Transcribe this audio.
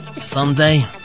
Someday